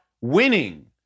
winning